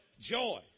joy